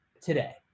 today